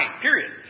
period